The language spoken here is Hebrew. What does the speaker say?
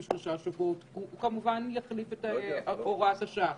אני עם איזו שהיא תחושה של חוסר אמון לגבי השימוש בכלי.